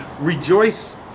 Rejoice